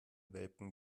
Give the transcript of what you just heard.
welpen